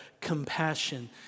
compassion